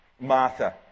Martha